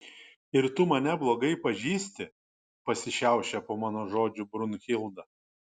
ir tu mane blogai pažįsti pasišiaušia po mano žodžių brunhilda